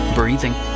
breathing